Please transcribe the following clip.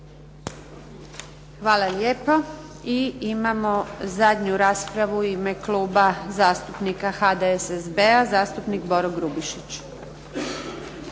Hvala lijepo. I imamo zadnju raspravu. U ime Kluba zastupnika HDSSB-a zastupnik Boro Grubišić.